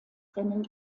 rennen